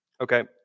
Okay